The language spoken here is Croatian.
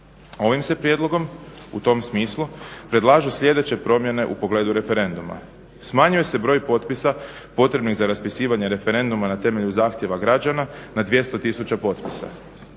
Ovim se prijedlogom u tom smislu predlažu sljedeće promjene u pogledu referenduma. Smanjuje se broj potpisa potrebnih za raspisivanje referenduma na temelju zahtjeva građana na 200 000 potpisa.